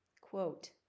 Quote